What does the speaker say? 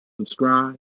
subscribe